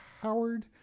Howard